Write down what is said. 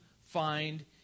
find